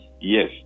yes